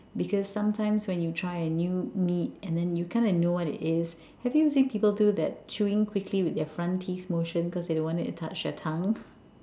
because sometimes when you try a new meat and then you kind of know what it is have you seen people do that chewing quickly with their front teeth motion because they don't want it to touch their tongue